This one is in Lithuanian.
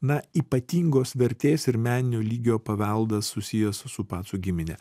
na ypatingos vertės ir meninio lygio paveldas susijęs su pacų gimine